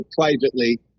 privately